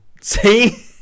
see